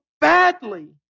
badly